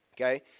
Okay